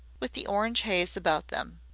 with the orange haze about them.